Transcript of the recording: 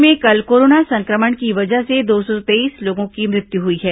प्रदेश में कल कोरोना संक्रमण की वजह से दो सौ तेईस लोगों की मृत्यु हुई है